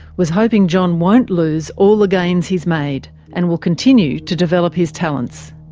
was hoping john won't lose all the gains he's made and will continue to develop his talents.